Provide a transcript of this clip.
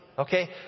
Okay